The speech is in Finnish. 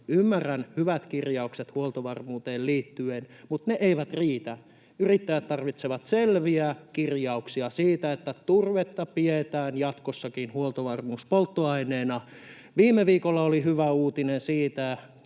Ymmärrän hyvät kirjaukset huoltovarmuuteen liittyen, mutta ne eivät riitä. Yrittäjät tarvitsevat selviä kirjauksia siitä, että turvetta pidetään jatkossakin huoltovarmuuspolttoaineena. Viime viikolla oli hyvä uutinen siitä